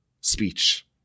speech